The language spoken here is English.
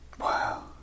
Wow